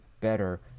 better